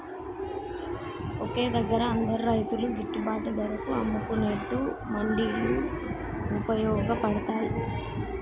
ఒకే దగ్గర అందరు రైతులు గిట్టుబాటు ధరకు అమ్ముకునేట్టు మండీలు వుపయోగ పడ్తాయ్